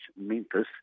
Memphis